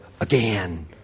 again